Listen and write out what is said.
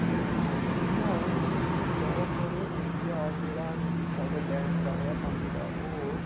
जि'यां कि ज्यादातर ऐरिया जेहड़ा रंजीत सागर डैम दा ऐ पानी दा ओह्